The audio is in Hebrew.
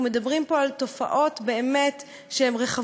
אנחנו מדברים פה על תופעות באמת רחבות,